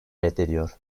reddediyor